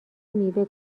میوه